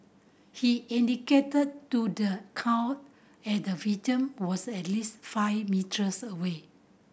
he indicated to the court at the victim was at least five metres away